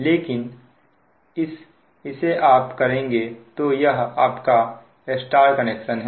लेकिन इस आप करेंगे तो यह आपका Y कनेक्शन है